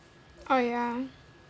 oh ya